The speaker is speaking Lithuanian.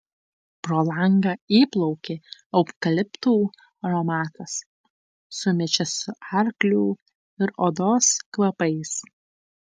pro langą įplaukė eukaliptų aromatas sumišęs su arklių ir odos kvapais